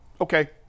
okay